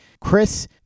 Chris